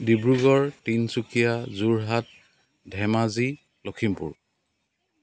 Dibrugarh Tinsukia Jorhat Dhemaji Lakhimpur